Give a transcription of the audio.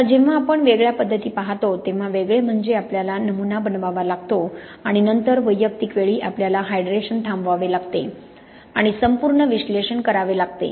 आता जेव्हा आपण वेगळ्या पद्धती पाहतो तेव्हा वेगळे म्हणजे आपल्याला नमुना बनवावा लागतो आणि नंतर वैयक्तिक वेळी आपल्याला हायड्रेशन थांबवावे लागते आणि संपूर्ण विश्लेषण करावे लागते